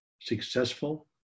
successful